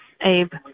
Abe